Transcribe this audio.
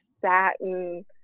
satin